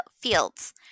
Fields